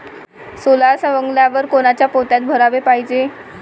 सोला सवंगल्यावर कोनच्या पोत्यात भराले पायजे?